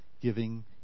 giving